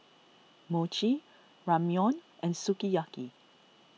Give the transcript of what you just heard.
Mochi Ramyeon and Sukiyaki